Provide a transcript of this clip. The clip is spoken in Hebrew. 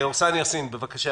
עורסאן יאסין, בבקשה.